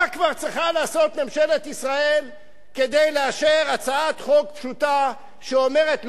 מה כבר צריכה לעשות ממשלת ישראל כדי לאשר הצעת חוק פשוטה שאומרת,